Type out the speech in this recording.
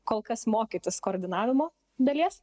kol kas mokytis koordinavimo dalies